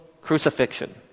crucifixion